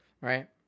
right